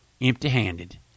Empty-handed